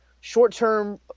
short-term